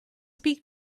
speak